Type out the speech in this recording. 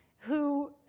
who,